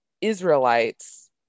israelites